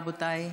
רבותיי.